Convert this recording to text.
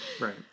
Right